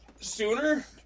sooner